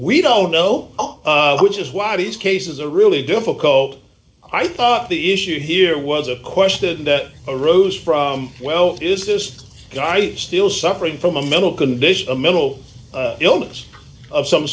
we don't know which is why these cases are really difficult i thought the issue here was a question that arose from well is this guy still suffering from a mental condition a mental illness of some